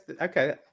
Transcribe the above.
Okay